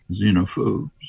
xenophobes